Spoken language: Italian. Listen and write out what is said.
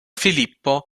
filippo